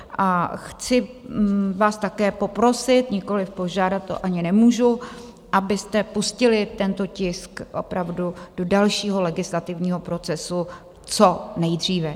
A chci vás také poprosit, nikoliv požádat, to ani nemůžu, abyste pustili tento tisk opravdu do dalšího legislativního procesu co nejdříve.